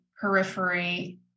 periphery